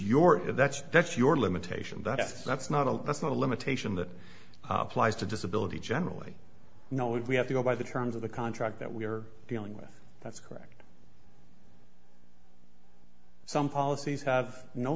your that's that's your limitation that's that's not a that's not a limitation that applies to disability generally you know we have to go by the terms of the contract that we are dealing with that's correct some policies have no